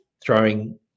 throwing